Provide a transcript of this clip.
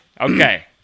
Okay